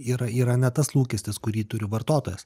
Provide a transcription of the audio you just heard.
yra yra ne tas lūkestis kurį turi vartotojas